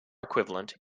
equivalent